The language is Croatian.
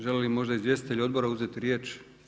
Želi li možda izvjestitelj odbora uzeti riječ?